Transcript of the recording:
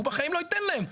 הוא בחיים לא ייתן להם.